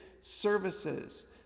services